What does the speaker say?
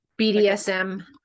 BDSM